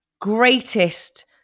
greatest